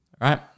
right